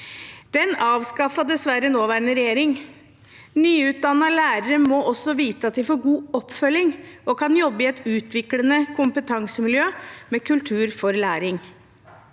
Den avskaffet dessverre nåværende regjering. Nyutdannede lærere må også vite at de får god oppfølging og kan jobbe i et utviklende kompetansemiljø med kultur for læring.